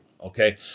okay